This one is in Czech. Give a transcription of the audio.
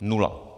Nula.